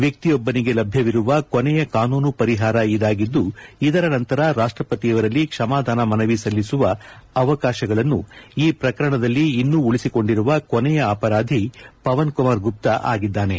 ವ್ಯಕ್ತಿಯೊಬ್ಬನಿಗೆ ಲಭ್ಯವಿರುವ ಕೊನೆಯ ಕಾನೂನು ಪರಿಹಾರ ಇದಾಗಿದ್ದು ಇದರ ನಂತರ ರಾಷ್ಷಪತಿಯವರಲ್ಲಿ ಕ್ಷಮಾದಾನ ಮನವಿ ಸಲ್ಲಿಸುವ ಅವಕಾಶಗಳನ್ನು ಈ ಪ್ರಕರಣದಲ್ಲಿ ಇನ್ನೂ ಉಳಿಸಿಕೊಂಡಿರುವ ಕೊನೆಯ ಅಪರಾಧಿ ಪವನ್ಕುಮಾರ್ ಗುಪ್ತಾ ಆಗಿದ್ದಾನೆ